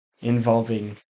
involving